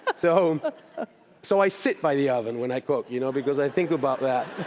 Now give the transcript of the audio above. but so um so i sit by the oven when i cook you know because i think about that